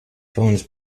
phones